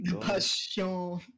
passion